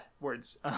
words